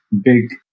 big